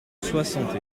soixante